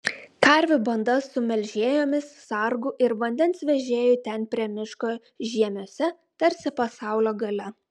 karvių banda su melžėjomis sargu ir vandens vežėju ten prie miško žiemiuose tarsi pasaulio gale